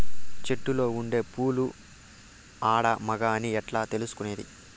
చెట్టులో ఉండే పూలు ఆడ, మగ అని ఎట్లా తెలుసుకునేది?